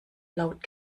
laut